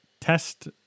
test